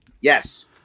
yes